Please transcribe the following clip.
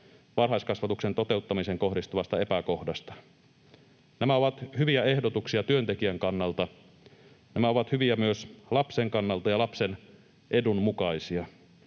varhaiskasvatuksen toteuttamiseen kohdistuvasta epäkohdasta. Nämä ovat hyviä ehdotuksia työntekijän kannalta, nämä ovat hyviä myös lapsen kannalta ja lapsen edun mukaisia.